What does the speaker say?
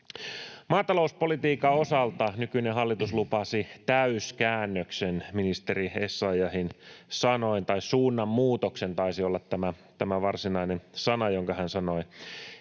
Maatalouspolitiikan osalta nykyinen hallitus lupasi täyskäännöksen ministeri Essayahin sanoin — tai ”suunnanmuutoksen” taisi olla tämä varsinainen sana, jonka hän sanoi.